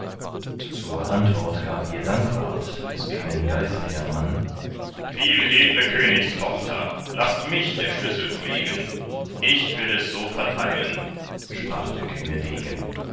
zur antwort gab ihr dankwart des kühnen geiselher mann viel edle königstochter laßt mich der schlüssel pflegen ich will es so verteilen sprach der kühne degen